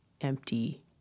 empty